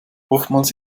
oftmals